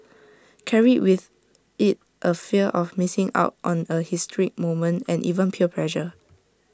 carried with IT A fear of missing out on A historic moment and even peer pressure